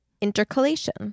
intercalation